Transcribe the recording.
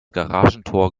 garagentor